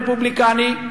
הרפובליקני,